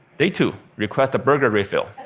day two request a burger refill.